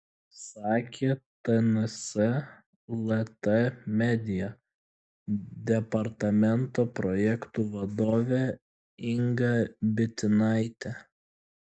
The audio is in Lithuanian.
sakė tns lt media departamento projektų vadovė inga bitinaitė